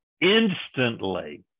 instantly